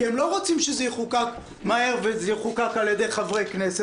כי הם לא רוצים שזה יחוקק מהר על ידי חברי הכנסת.